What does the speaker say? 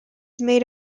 made